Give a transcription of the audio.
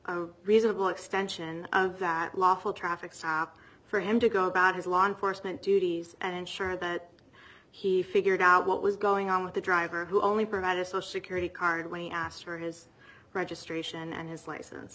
reasonable extension of that lawful traffic for him to go about his law enforcement duties and ensure that he figured out what was going on with the driver who only provided social security card when he asked for his registration and his licen